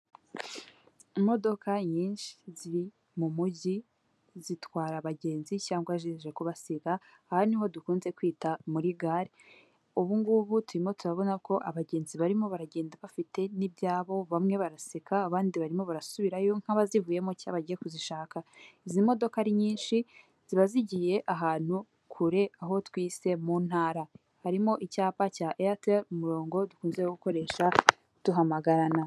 Imodoka nyinshi ziri mu mujyi zitwara abagenzi cyangwa zije kubasiga aha niho dukunze kwita muri gare, ubungubu turimo turabona ko abagenzi barimo baragenda bafite n'ibyabo, bamwe baraseka abandi barimo barasubirayo nk'abazivuyemo cyangwa bagiye kuzishaka izi modoka ari nyinshi ziba zigiye ahantu kure aho twise mu ntara harimo icyapa cya eyateri umurongo dukunze gukoresha duhamagarana.